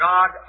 God